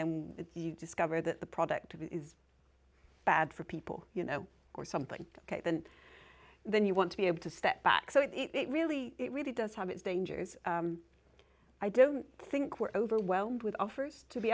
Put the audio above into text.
then you discover that the product is bad for people you know or something and then you want to be able to step back so it really it really does have its dangers i don't think we're overwhelmed with offers to be